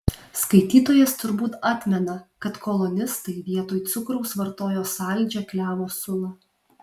skaitytojas turbūt atmena kad kolonistai vietoj cukraus vartojo saldžią klevo sulą